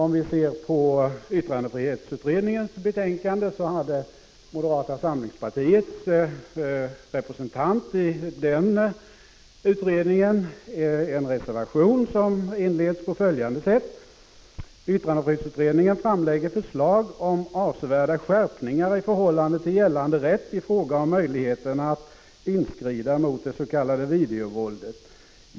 Moderata samlingspartiets representant i yttrandefrihetsutredningen hade där en reservation, som under rubriken Videovåldet inleds på följande sätt: ”Yttrandefrihetsutredningen framlägger förslag om avsevärda skärpningar i förhållande till gällande rätt i fråga om möjligheterna att inskrida mot det s.k. videovåldet.